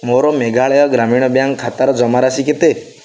ମୋର ମେଘାଳୟ ଗ୍ରାମୀଣ ବ୍ୟାଙ୍କ୍ ଖାତାର ଜମାରାଶି କେତେ